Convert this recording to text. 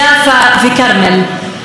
יאפא וכרמל,